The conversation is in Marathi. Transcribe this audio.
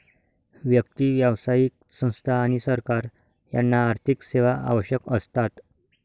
व्यक्ती, व्यावसायिक संस्था आणि सरकार यांना आर्थिक सेवा आवश्यक असतात